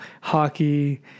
hockey